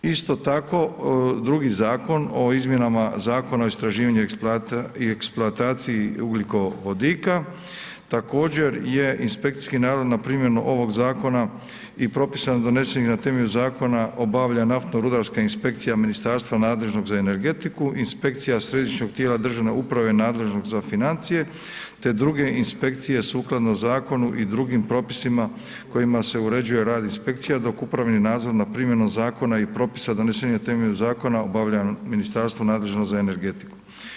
Isto tako, drugi zakon o izmjenama Zakona o istraživanju i eksploataciji ugljikovodika također je inspekcijski nadzor nad primjenu ovog zakona i propisano donesenih na temelju zakona obavlja naftno-rudarska inspekcija ministarstva nadležnog za energetiku, inspekcija središnjeg tijela državne uprave nadležnog za financije te druge inspekcije sukladno zakonu i drugim propisima kojima se uređuje rad inspekcija dok upravni nadzor nad primjenom zakon i propisa na temelju zakona obavlja ministarstvo nadležno za energetiku.